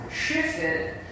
shifted